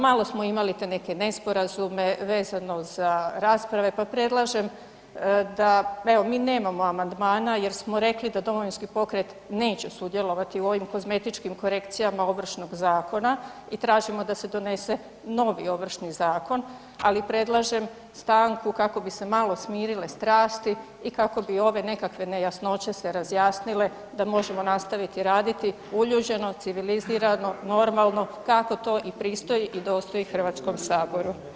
Malo smo imali te neke nesporazume vezano za rasprave, pa predlažem da evo mi nemamo amandmana jer smo rekli da Domovinski pokret neće sudjelovati u ovim kozmetičkim korekcijama Ovršnog zakona i tražimo da se donose novi Ovršni zakon, ali predlažem stanku kako bi se malo smirile strasti i kako bi ove nekakve nejasnoće se razjasnile da možemo nastaviti raditi uljuđeno, civilizirano, normalno kako to i pristoji i dostoji HS-u.